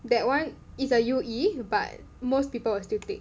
that one is a U_E but most people will still take